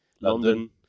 London